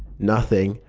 nothing,